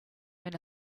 when